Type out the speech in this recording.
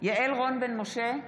יעל רון בן משה,